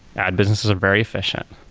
ad businesses are very efficient.